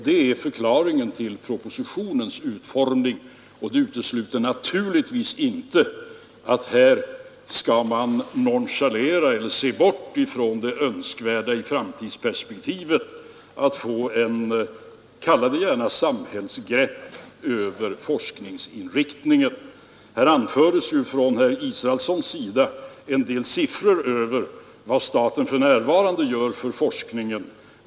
Det är förklaringen till propositionens utformning, men det innebär naturligtvis inte att man skall nonchalera eller se bort ifrån det önskvärda i framtidsperspektivet i att få, kalla det gärna ett samhällsgrepp över forskningsinriktningen. Herr Israelsson anförde ju en del siffror beträffande vad staten för närvarande gör för forskningen.